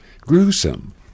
Gruesome